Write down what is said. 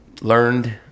learned